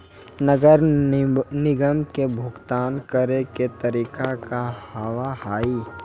नगर निगम के भुगतान करे के तरीका का हाव हाई?